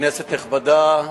כנסת נכבדה,